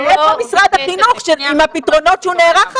איפה משרד החינוך עם הפתרונות שהוא נערך אליהם?